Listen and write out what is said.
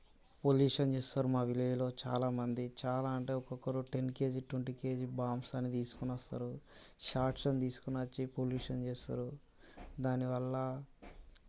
pollution చేస్తారు మా విలేజ్లో చాలా మంది చాలా అంటే ఒక్కొక్కరు ten KG twenty KG bombs అన్నీ తీసుకొని వస్తారు షార్ట్స్ని తీసుకొని వచ్చి పొల్యూషన్ చేస్తారు దానివల్ల